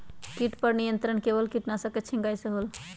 किट पर नियंत्रण केवल किटनाशक के छिंगहाई से होल?